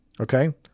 Okay